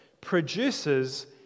produces